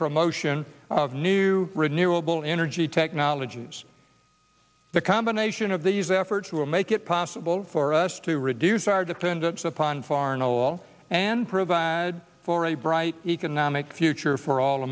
promotion of new renewable energy technologies the combination of these efforts will make it possible for us to reduce our dependence upon foreign oil and provide for a bright economic future for all